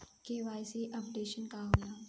KYC updation का होला?